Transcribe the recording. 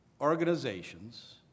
organizations